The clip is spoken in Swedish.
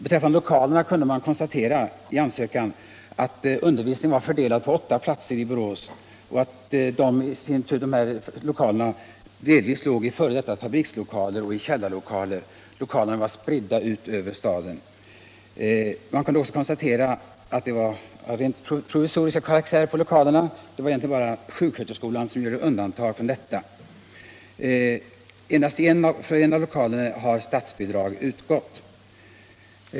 Beträffande lokalerna kunde i ansökan konstateras att undervisningen var fördelad på åtta platser i Borås och att lokalerna delvis låg i f. d. fabrikslokaler och i källarutrymmen. Man kunde även konstatera att lokalerna hade provisorisk karaktär. Egentligen utgjorde bara sjuksköterskeskolan ett undantag. För endast en av lokalerna hade statsbidrag utgått.